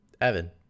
Evan